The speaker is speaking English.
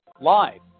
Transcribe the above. live